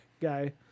guy